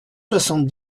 soixante